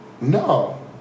No